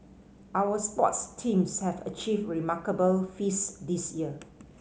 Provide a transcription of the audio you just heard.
our sports teams have achieved remarkable feats this year